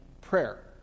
prayer